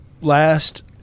last